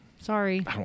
Sorry